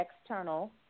external